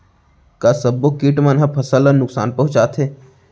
का सब्बो किट मन ह फसल ला नुकसान पहुंचाथे?